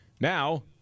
Now